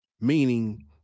meaning